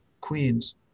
Queens